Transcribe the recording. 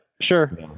Sure